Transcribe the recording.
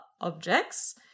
objects